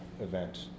event